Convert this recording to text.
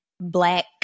black